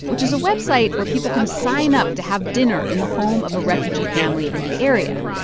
which is a website where people can sign up to have dinner in the home of a refugee family in the area.